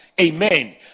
Amen